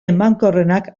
emankorrenak